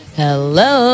hello